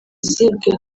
zibwe